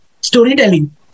storytelling